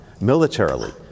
militarily